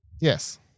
Yes